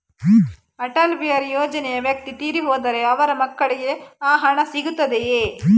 ಅಟಲ್ ಬಿಹಾರಿ ಯೋಜನೆಯ ವ್ಯಕ್ತಿ ತೀರಿ ಹೋದರೆ ಅವರ ಮಕ್ಕಳಿಗೆ ಆ ಹಣ ಸಿಗುತ್ತದೆಯೇ?